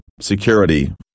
security